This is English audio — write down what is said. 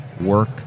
work